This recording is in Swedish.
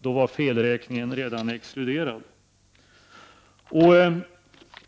Då var felräkningen redan exkluderad.